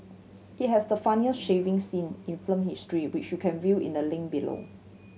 it has the funniest shaving scene in film history which you can view in the link below